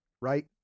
right